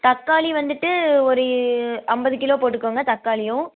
தக்காளி வந்துவிட்டு ஒரு இ ஐம்பது கிலோ போட்டுக்கங்க தக்காளியும்